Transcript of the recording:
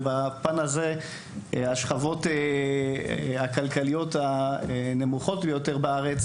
השכבות הכלכליות הנמוכות ביותר בארץ